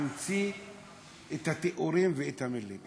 להמציא את התיאורים ואת המילים.